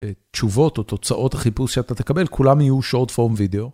תשובות או תוצאות החיפוש שאתה תקבל כולם יהיו short form video.